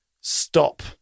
stop